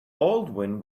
baldwin